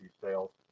sales